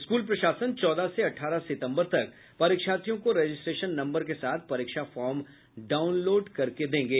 school प्रशासन चौदह से अठारह सितम्बर तक परीक्षार्थियों को रजिस्ट्रेशन नम्बर के साथ परीक्षा फार्म डाउनलोड करके देंगे